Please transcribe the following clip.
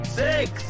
six